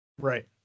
Right